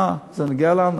מה, זה נוגע לנו?